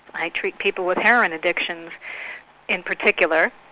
i treat people with heroin addictions in particular,